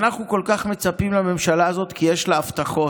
אנחנו כל כך מצפים לממשלה הזאת, כי יש לה הבטחות.